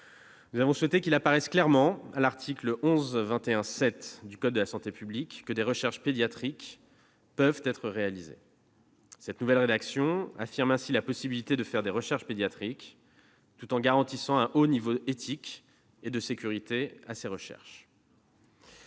nous avons souhaité qu'il apparaisse clairement à l'article L. 1121-7 du code de la santé publique que des recherches pédiatriques peuvent être réalisées. Cette nouvelle rédaction affirme ainsi la possibilité de faire des recherches pédiatriques tout en garantissant un haut niveau éthique et de sécurité à ces recherches.